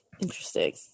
Interesting